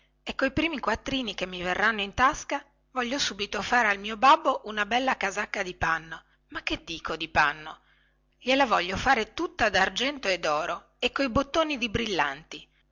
e coi primi quattrini che mi verranno in tasca voglio subito fare al mio babbo una bella casacca di panno ma che dico di panno gliela voglio fare tutta dargento e doro e coi bottoni di brillanti